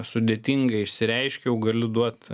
sudėtingai išsireiškiau galiu duot